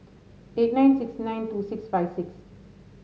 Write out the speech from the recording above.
eight nine six nine two six five six